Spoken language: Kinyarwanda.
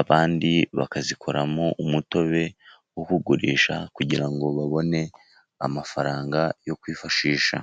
abandi bakazikoramo umutobe wo kugurisha, kugira ngo babone amafaranga yo kwifashisha.